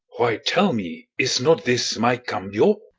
why, tell me, is not this my cambio?